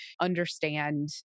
understand